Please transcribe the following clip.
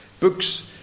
Books